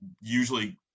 usually